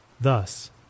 Thus